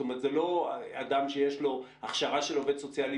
זה לא אדם שיש לו הכשרה של עובד סוציאלי